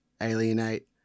alienate